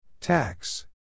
Tax